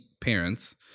parents